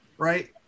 right